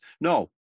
No